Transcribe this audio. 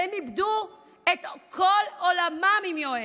והם איבדו את כל עולמם עם יואל,